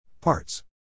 Parts